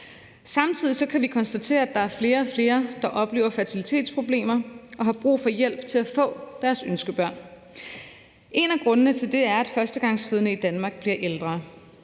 Samtidig kan vi konstatere, at der er flere og flere, der oplever fertilitetsproblemer og har brug for hjælp til at få deres ønskebørn. En af grundene til det er, at førstegangsfødende i Danmark bliver ældre.